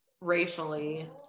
racially